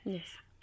Yes